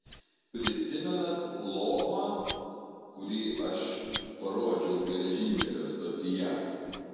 prisimenat lomą kurį aš parodžiau geležinkelio stotyje